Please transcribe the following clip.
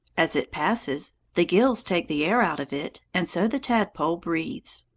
as it passes, the gills take the air out of it, and so the tadpole breathes.